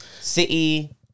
City